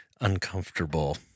uncomfortable